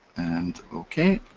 and ok.